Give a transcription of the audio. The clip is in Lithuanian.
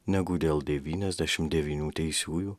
negu dėl devyniasdešim devynių teisiųjų